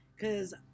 Cause